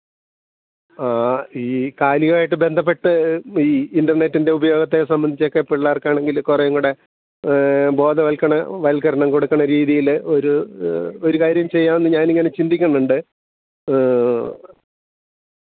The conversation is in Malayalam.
ആ ഈ കാലിയായിട്ട് ബന്ധപ്പെട്ട് ഈ ഇൻ്റർനെറ്റിൻ്റെ ഉപയോഗത്തെ സംബന്ധിച്ചൊക്കെ പിള്ളേർക്കാണെങ്കിൽ കുറേ കൂടി ബോധവൽക്കണ വത്ക്കരണം കൊടുക്കുന്ന രീതിയിൽ ഒരു ഒരു കാര്യം ചെയ്യാമെന്നു ഞാനിങ്ങനെ ചിന്തിക്കുന്നുണ്ട്